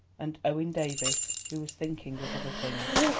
and owen davies, who was thinking of other things.